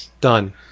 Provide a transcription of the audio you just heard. Done